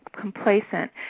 complacent